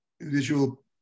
visual